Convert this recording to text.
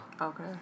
Okay